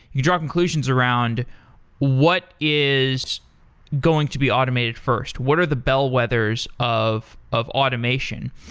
you draw conclusions around what is going to be automated first? what are the bellwethers of of automation?